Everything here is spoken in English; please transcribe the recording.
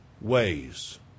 ways